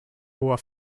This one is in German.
hoher